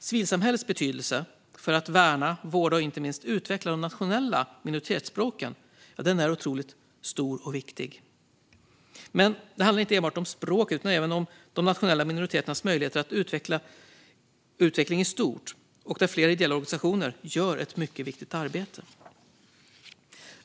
Civilsamhällets betydelse för att värna, vårda och inte minst utveckla de nationella minoritetsspråken är mycket stor och viktig. Men det handlar inte enbart om språket utan även om de nationella minoriteternas möjligheter och utveckling i stort, där flera ideella organisationer gör ett viktigt arbete.